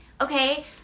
Okay